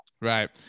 right